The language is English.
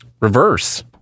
Reverse